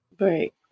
Right